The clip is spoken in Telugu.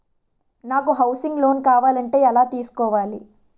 నాకు హౌసింగ్ లోన్ కావాలంటే ఎలా తీసుకోవాలి?